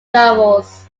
novels